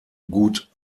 gut